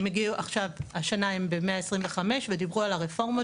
והשנה הם ב-125 ודיברו על הרפורמות